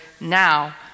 now